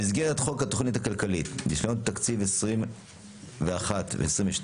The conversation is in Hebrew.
במסגרת חוק התוכנית הכלכלית לשנות התקציב 2021 ו-2022